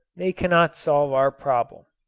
they cannot solve our problem.